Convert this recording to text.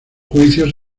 juicios